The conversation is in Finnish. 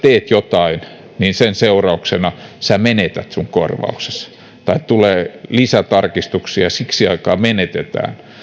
teet jotain niin sen seurauksena menetät korvauksesi tai kun tulee lisätarkistuksia niin siksi aikaa menetetään